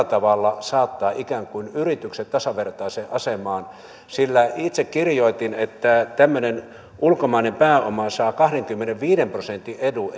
tavalla saattaa ikään kuin yritykset tasavertaiseen asemaan sillä itse kirjoitin että tämmöinen ulkomainen pääoma saa kahdenkymmenenviiden prosentin edun